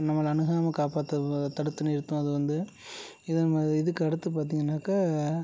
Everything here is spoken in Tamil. நம்மளை அணுகாமல் காப்பாற்ற தடுத்து நிறுத்தும் அது வந்து இதன் ம இதுக்கடுத்து பார்த்திங்கன்னாக்கா